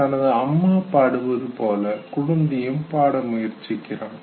தனது அம்மா பாடுவது போல குழந்தையும் பாட முயற்சிக்கிறான்